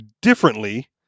differently